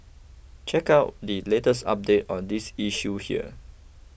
check out the latest update on this issue here